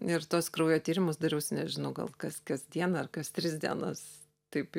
ir tuos kraujo tyrimus dariausi nežinau gal kas kas dieną ar kas tris dienas taip jau